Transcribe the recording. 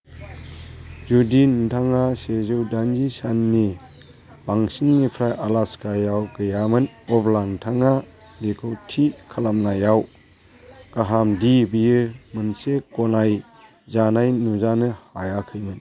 जुदि नोंथाङा सेजौ दाइनजि साननि बांसिनिफ्राय आलास्कायाव गैयामोन अब्ला नोंथाङा बेखौ थि खालामनाया गाहाम दि बेयो मोनसे गनाय जानाय नुजानो हायैमोन